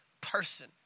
person